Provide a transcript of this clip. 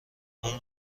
اون